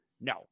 no